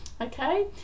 okay